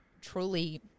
Truly